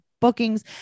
bookings